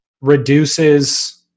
reduces